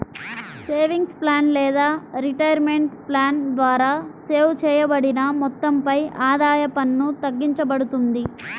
savings plan లేదా retirement plan ద్వారా save చేయబడిన మొత్తంపై ఆదాయ పన్ను తగ్గింపబడుతుంది